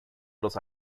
los